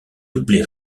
doublé